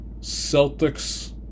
Celtics